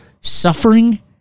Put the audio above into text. suffering